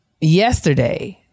yesterday